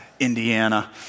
Indiana